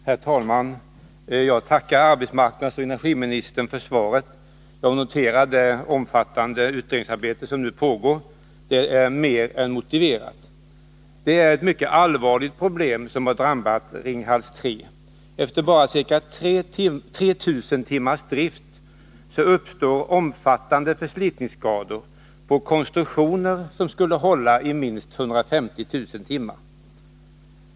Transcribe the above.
Herr talman! Jag tackar arbetsmarknadsoch energiministern för svaret. Jag noterar att ett omfattande utredningsarbete nu pågår. Det är mer än motiverat. Det är ett mycket allvarligt problem som har drabbat Ringhals 3. Efter bara ca 3000 timmars drift uppstår omfattande förslitningsskador på konstruktioner som skulle hålla i minst 150 000 timmar.